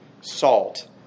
salt